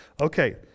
Okay